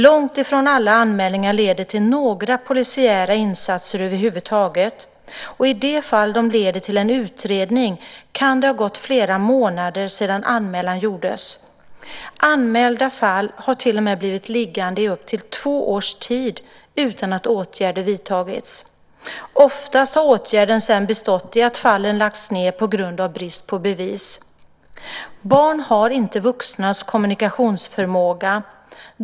Långt ifrån alla anmälningar leder till några polisiära insatser över huvud taget, och i de fall de leder till en utredning kan det ha gått flera månader sedan anmälan gjordes. Anmälda fall har till och med blivit liggande i upp till två års tid utan att åtgärder vidtagits. Oftast har åtgärden sedan bestått i att fallen lagts ned på grund av brist på bevis. Barn har inte vuxnas kommunikationsförmåga.